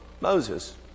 Moses